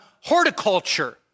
horticulture